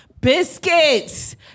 Biscuits